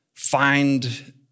find